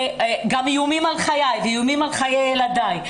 היו גם איומים על חיי ואיומים על חיי ילדיי.